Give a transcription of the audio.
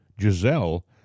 Giselle